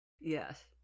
Yes